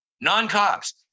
non-cops